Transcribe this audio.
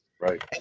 Right